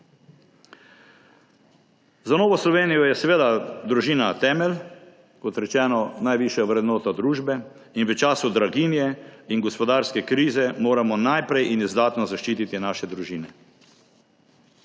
Za Novo Slovenijo je seveda družina temelj, kot rečeno, najvišja vrednota družbe in v času draginje in gospodarske krize moramo najprej in izdatno zaščititi naše družine.